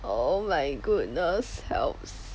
oh my goodness helps